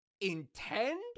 intend